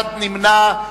אחד נמנע.